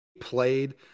played